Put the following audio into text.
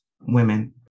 women